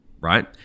right